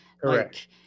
Correct